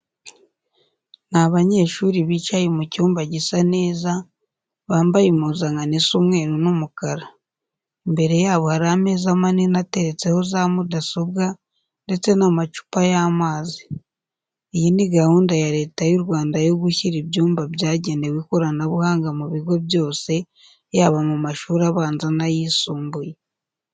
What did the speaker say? Ni abanyeshuri bicaye mu cyumba gisa neza, bambaye impuzankano isa umweru n'umukara. Imbere yabo hari ameza manini ateretseho za mudasobwa ndetse n'amacupa y'amazi. Iyi ni gahunda ya Leta y'u Rwanda yo gushyira ibyumba byagenewe ikoranabuhanga mu bigo byose yaba mu mashuri abanza n'ayisumbuye.